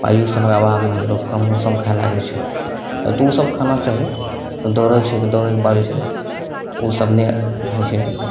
पाइयो सभमे अभाव रहल लोकके मौसम खराब छै अऽ तऽ उ सभ खाना चाही अपन दौड़य छी तऽ दौड़े नहि पाबय छै उ सभ नहि होइ छै